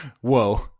Whoa